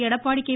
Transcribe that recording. Edappadi K